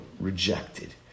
rejected